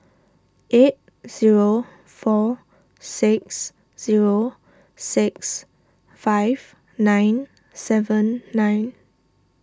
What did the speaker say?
eight zero four six zero six five nine seven nine